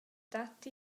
dat